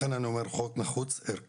לכן אני אומר שהחוק הזה הוא חוק נחוץ ערכית,